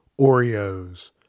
Oreos